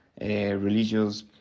religious